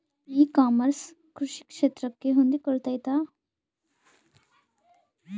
E commerce ಕೃಷಿ ಕ್ಷೇತ್ರಕ್ಕೆ ಹೊಂದಿಕೊಳ್ತೈತಾ?